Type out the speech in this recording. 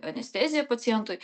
anesteziją pacientui